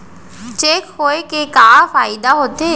Cheque होए के का फाइदा होथे?